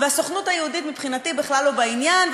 והסוכנות היהודית מבחינתי בכלל לא בעניין,